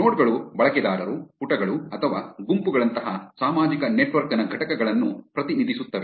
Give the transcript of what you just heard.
ನೋಡ್ ಗಳು ಬಳಕೆದಾರರು ಪುಟಗಳು ಅಥವಾ ಗುಂಪುಗಳಂತಹ ಸಾಮಾಜಿಕ ನೆಟ್ವರ್ಕ್ ನ ಘಟಕಗಳನ್ನು ಪ್ರತಿನಿಧಿಸುತ್ತವೆ